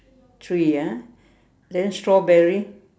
three ah then strawberry